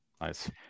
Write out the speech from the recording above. nice